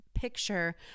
picture